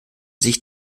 sich